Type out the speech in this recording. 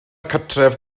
cartref